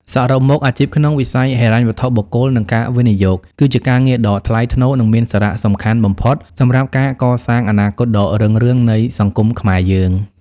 សរុបមក អាជីពក្នុងវិស័យហិរញ្ញវត្ថុបុគ្គល និងការវិនិយោគ គឺជាការងារដ៏ថ្លៃថ្នូរ និងមានសារៈសំខាន់បំផុតសម្រាប់ការកសាងអនាគតដ៏រុងរឿងនៃសង្គមខ្មែរយើង។